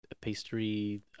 pastry